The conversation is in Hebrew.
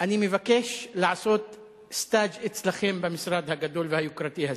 אני מבקש לעשות סטאז' אצלכם במשרד הגדול והיוקרתי הזה.